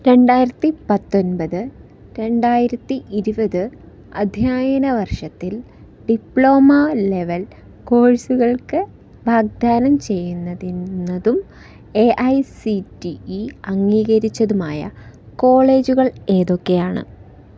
രണ്ടായിരത്തി പത്തൊൻപത് രണ്ടായിരത്തി ഇരുപത് അധ്യയന വർഷത്തിൽ ഡിപ്ലോമ ലെവൽ കോഴ്സുകൾക്ക് വാഗ്ദാനം ചെയ്യുന്നതും A I C T E അംഗീകരിച്ചതുമായ കോളേജുകൾ ഏതൊക്കെയാണ്